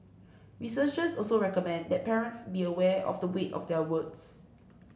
researchers also recommend that parents be aware of the weight of their words